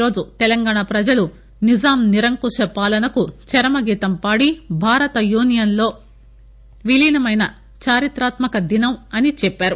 ఈరోజు తెలంగాణ ప్రజలు నిజాం నిరంకుశ పాలనకు చరమగీతం పాడి భారత యూనియన్ లో విలీనమైన చరిత్రాత్మక దినం అని అన్నారు